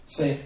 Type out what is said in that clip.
Say